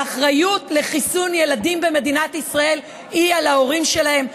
האחריות לחיסון ילדים במדינת ישראל היא על ההורים שלהם.